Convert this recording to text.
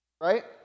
right